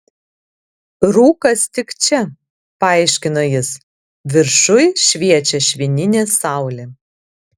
rūkas tik čia paaiškino jis viršuj šviečia švininė saulė